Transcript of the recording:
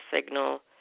signal